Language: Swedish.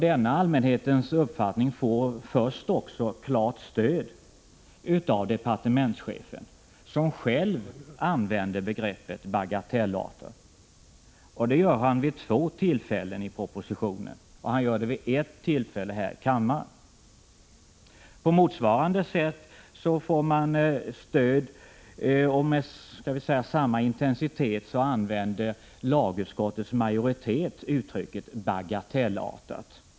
Denna allmänhetens uppfattning får först också klart stöd av departementschefen, som själv använder begreppet ”bagatellartat” vid två tillfällen i propositionen och vid ett tillfälle här i kammaren. På motsvarande sätt och med samma intensitet använder lagutskottets majoritet uttrycket ”bagatellartat”.